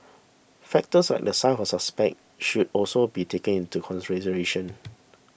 factors like the size of suspect should also be taken into consideration